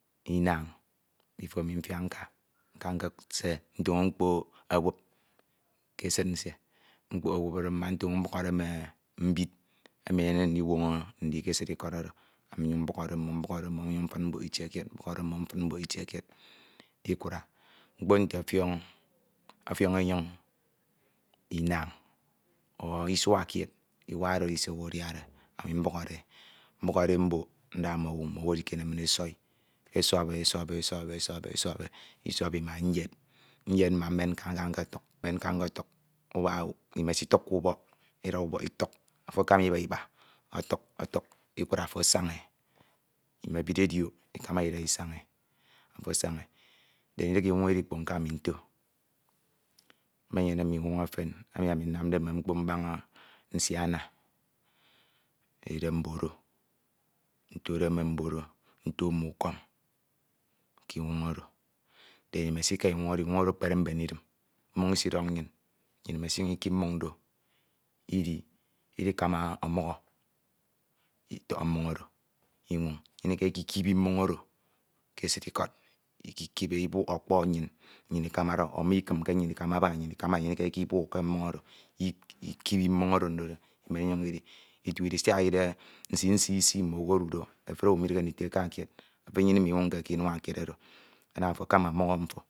inañ bifo ani mfiak nka, nka nkesie ntoño mkpok ewub ke esid nsie nkpo ewub oro mma ntoño mbuhọde mme mbid emi enyemde ndieọrọ ndi ke esid ikọd oro mfid mbok itie kied mbukhọde mfud mbok itie kied mkpo nte ofiọn enyoñ inañ ọ isua kied iwa oro ọsọñ edi se ebukhọde mbukhode e mbok nda mmowu mmowu edikiere min esọn e ese esoi e esoi e, isọi e ima mmen nka nkotuk mmen nka nkọtuk ubak owu imesituk k'ubok ida ubok ituk afo akama iba iba ọtuk otuk ikura afo asañ emebid ediok ikamade ida isañ e ndin edieke edide inwoñ edo ikpoñ ke ami nto mmenyene mme inwoñ efen emi nnamde mme mkpo mbañs nsiana edide mboro ntode mme mboro nti mmukọm k'ineoñ denimesika inwoñ oro inwoñ oro ekpere mben idim mmoñ esideñ nnyin nnyin imesinyuñ iki mmoñ do idi idikama ọmukhọ itọhọ mmoñ oro inwoñ nnyin ikukikibe mmoñ oro ke esid ikọd ikibi ibuk ekpo nnyin me ikim aba ke nnyin ikama nnyin iki ikọbuk ke mmoñ oro ikibi mmoñ oro ndo di imen inyiñ idi, siak edibe nsisi isi mmowu odu do efuri owu midighe ndito eka kied efuri nnyin iminwoñke k'inua kied oro ana afo akama omukho mfo akama ọmukhọ.